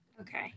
Okay